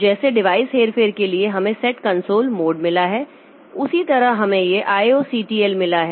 जैसे डिवाइस हेरफेर के लिए हमें सेट कंसोल मोड मिला है उसी तरह हमें यह ioctl मिला है